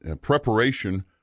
preparation